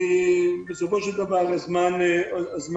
כי בסופו של דבר, הזמן עובר.